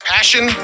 Passion